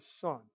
Son